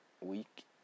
week